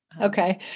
Okay